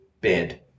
bid